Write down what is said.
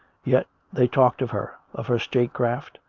yet they talked of her, of her state-craft,